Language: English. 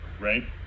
right